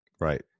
Right